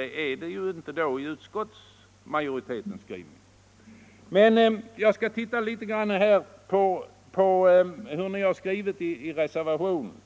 är inte fallet i utskottsmajoritetens skrivning. Jag skall se efter litet hur ni har skrivit i reservationen.